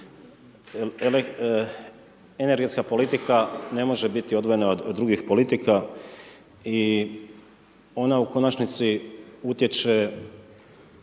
Energetska politika ne može biti odvojena od drugih politika i ona u konačnosti utječe